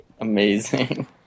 Amazing